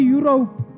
Europe